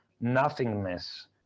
nothingness